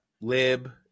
lib